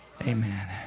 Amen